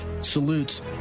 salutes